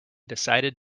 decided